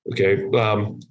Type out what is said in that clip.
okay